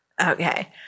Okay